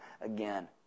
again